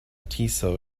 tiso